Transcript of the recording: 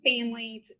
families